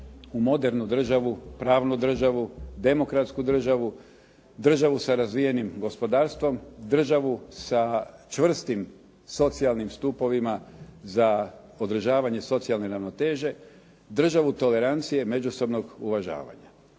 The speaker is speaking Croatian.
u modernu državu, pravnu državu, demokratsku državu, državu sa razvijenim gospodarstvom, državu sa čvrstim socijalnim stupovima za održavanje socijalne ravnoteže, državu tolerancije, međusobnog uvažavanja.